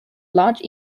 large